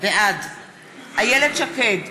בעד איילת שקד,